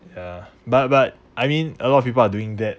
ya but but I mean a lot of people are doing that